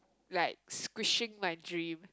like squishing my dream